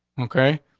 okay,